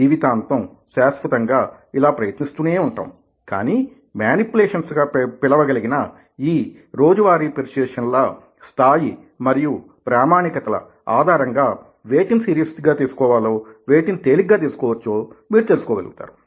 జీవితాంతం శాశ్వతంగా ఇలా ప్రయత్నిస్తూనే ఉంటాం కానీ మేనిప్యులేషన్స్ గా పిలవగలిగిన ఈ రోజువారీ పెర్య్సుయేసన్స్ ల స్థాయి మరియు ప్రామాణికతల ఆధారంగా వేటిని సీరియస్ గా తీసుకోవాలో వేటిని తేలికగా తీసుకోవచ్చో మీరు తెలుసుకోగలుగుతారు